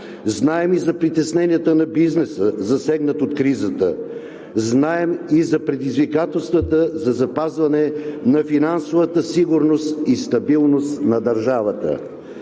Знаем и за притесненията на бизнеса, засегнат от кризата. Знаем и за предизвикателствата за запазване на финансовата сигурност и стабилност на държавата.